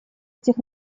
этих